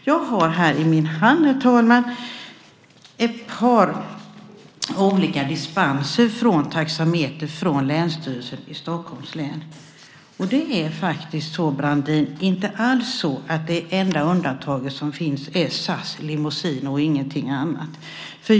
Jag har här i min hand, herr talman, ett par olika dispenser från taxameter från Länsstyrelsen i Stockholms län. Det är faktiskt inte alls så, Brandin, att det enda undantaget som finns är SAS Limousine och ingenting annat.